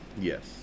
yes